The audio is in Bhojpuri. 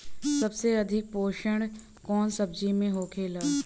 सबसे अधिक पोषण कवन सब्जी में होखेला?